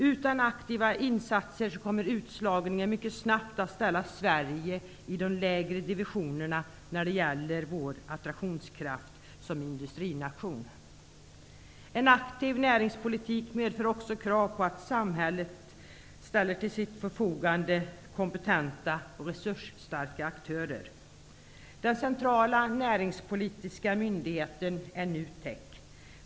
Utan aktiva insatser kommer utslagningen mycket snabbt att ställa Sverige i de lägre divisionerna när det gäller vår attraktionskraft som industrination. En aktiv näringspolitik medför också krav på att samhället har kompetenta och resursstarka aktörer till sitt förfogande. Den centrala näringspolitiska myndigheten är NUTEK.